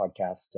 podcast